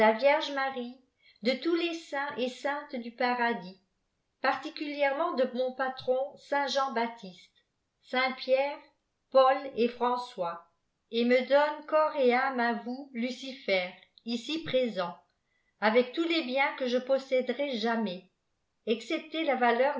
tierge marie de tous les saints et saintes du paradis particiïlièremènt de mon patron saint jean baptiste saints pierre paul et ijançois et mte donne corps et âme à vous lucifer vd iiséiit veè tou les biens que je posséderai jamais excepté la vjstleurâessaerementg